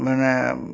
ମାନେ